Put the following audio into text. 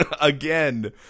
Again